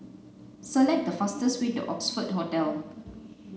select the fastest way to Oxford Hotel